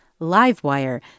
livewire